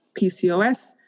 PCOS